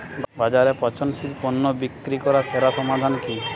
বাজারে পচনশীল পণ্য বিক্রি করার জন্য সেরা সমাধান কি?